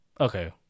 Okay